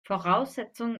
voraussetzung